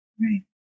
Right